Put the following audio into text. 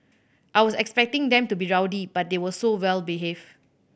I was expecting them to be rowdy but they were so well behaved